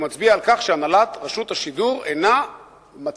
הוא מצביע על כך שהנהלת רשות השידור אינה מצליחה